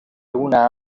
una